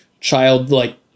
childlike